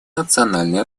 национальной